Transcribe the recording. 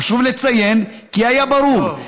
חשוב לציין כי היה ברור,